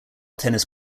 tennis